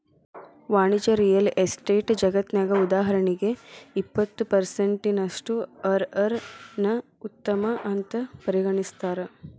ವಾಣಿಜ್ಯ real estate ಜಗತ್ನ್ಯಗ, ಉದಾಹರಣಿಗೆ, ಇಪ್ಪತ್ತು ಪರ್ಸೆನ್ಟಿನಷ್ಟು ಅರ್.ಅರ್ ನ್ನ ಉತ್ತಮ ಅಂತ್ ಪರಿಗಣಿಸ್ತಾರ